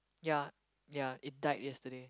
ya ya it died yesterday